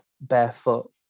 barefoot